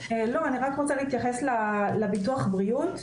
לא, אני רק רוצה להתייחס לביטוח בריאות.